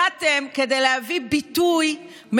להפגין בעד החברה הישראלית,